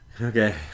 okay